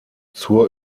zur